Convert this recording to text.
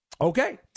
Okay